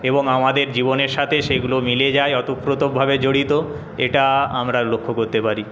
এবং আমাদের জীবনের সাথে সেগুলো মিলে যায় ওতপ্রোতভাবে জড়িত এটা আমরা লক্ষ্য করতে পারি